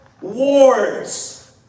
wars